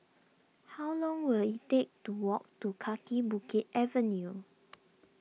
how long will it take to walk to Kaki Bukit Avenue